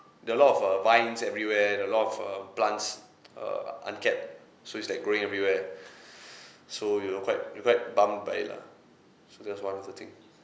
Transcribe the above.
there were a lot of uh vines everywhere there were a lot of uh plants err unkept so it's like growing everywhere so we were quite we're quite bummed by it lah so that's one of the thing